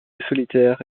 solitaire